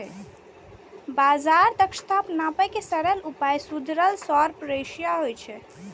बाजार दक्षताक नापै के सरल उपाय सुधरल शार्प रेसियो होइ छै